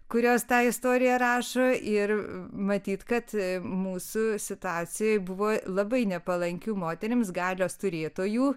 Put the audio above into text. kurios tą istoriją rašo ir matyt kad mūsų situacija buvo labai nepalankių moterims galios turėtojų